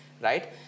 Right